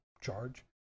charge